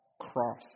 cross